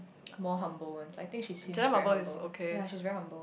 more humble ones I think she seems very humble ya she's very humble